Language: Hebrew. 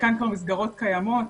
חלקן מסגרות כבר קיימות